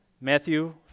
Matthew